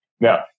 Now